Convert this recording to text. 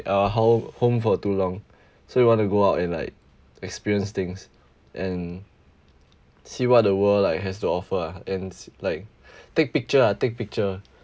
our hou~ home for too long so we want to go out and like experience things and see what the world like has to offer ah and like take picture ah take picture